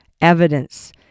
evidence